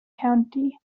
county